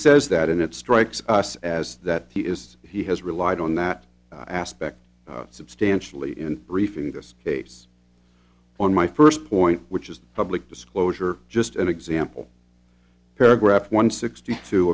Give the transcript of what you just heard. says that and it strikes us as that he is he has relied on that aspect substantially in brief in this case on my first point which is public disclosure just an example paragraph one sixty two